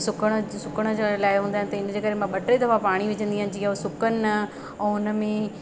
सुकण सुकण जो इलाही हूंदा आहिनि तें हिनजे करे मां ॿ टे दफ़ा पाणी विझंदी आहियां जीअं उहो सुकनि न ऐं हुन में